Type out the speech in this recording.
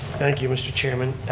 thank you, mr. chairman.